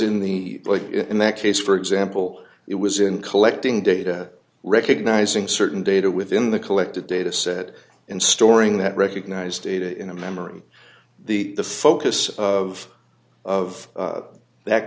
in the like in that case for example it was in collecting data recognizing certain data within the collected data set and storing that recognized data in a memory the focus of of that